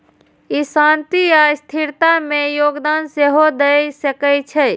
ई शांति आ स्थिरता मे योगदान सेहो दए सकै छै